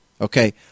Okay